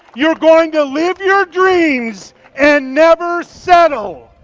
you're going to live your dreams and never settle.